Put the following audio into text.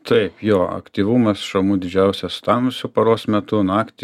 taip jo aktyvumas šamų didžiausias tamsiu paros metu naktį